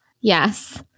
Yes